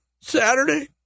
Saturday